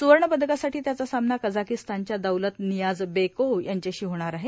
सुवर्णपदकासाठी त्याचा सामना कझाकिस्तावच्या दौलत नियाझ बेकोव्ह यांच्याशी होणार आहे